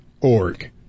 org